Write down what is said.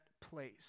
place